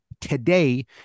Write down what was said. today